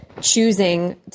choosing